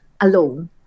alone